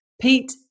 Pete